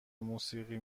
موسیقی